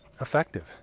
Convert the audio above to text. effective